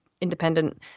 independent